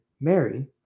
Mary